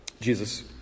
Jesus